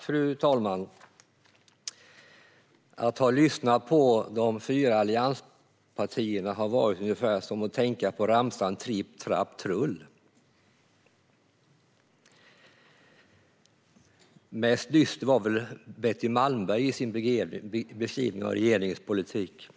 Fru talman! När jag hörde de fyra allianspartierna tänkte jag på ramsan tripp, trapp, trull. Mest dyster var Betty Malmberg i sin beskrivning av regeringens politik.